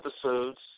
episodes